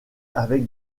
avec